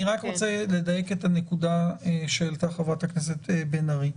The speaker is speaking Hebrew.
אני רק רוצה לדייק את הנקודה שהעלתה חברת הכנסת בן ארי,